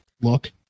look